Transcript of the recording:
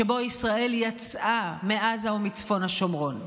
שבו ישראל יצאה מעזה ומצפון השומרון.